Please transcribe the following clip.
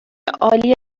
عالی